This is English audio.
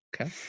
Okay